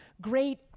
great